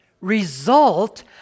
result